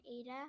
Ada